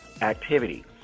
activity